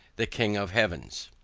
the king of heaven.